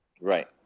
Right